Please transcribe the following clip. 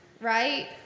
Right